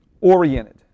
oriented